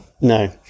No